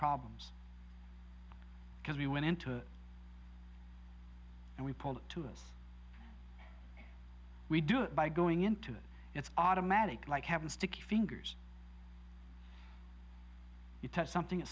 problems because we went in to and we pulled it to us we do it by going into it it's automatic like having a sticky fingers you touch something